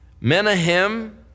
Menahem